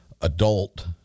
adult